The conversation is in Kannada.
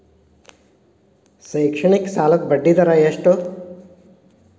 ಶೈಕ್ಷಣಿಕ ಸಾಲದ ಬಡ್ಡಿ ದರ ಎಷ್ಟು?